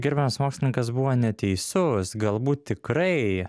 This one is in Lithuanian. gerbiamas mokslininkas buvo neteisus galbūt tikrai